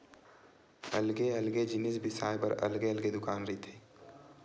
अलगे अलगे जिनिस बिसाए बर अलगे अलगे दुकान रहिथे